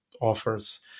offers